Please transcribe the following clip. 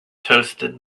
toasted